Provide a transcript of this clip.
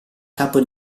capo